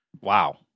Wow